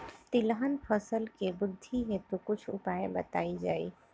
तिलहन फसल के वृद्धी हेतु कुछ उपाय बताई जाई?